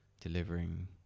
delivering